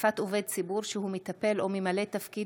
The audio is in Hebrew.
(תקיפת עובד ציבור שהוא מטפל או ממלא תפקיד